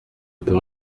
peut